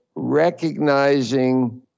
recognizing